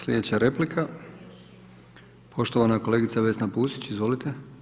Sljedeća replika poštovana kolegica Vesna Pusić, izvolite.